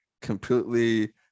completely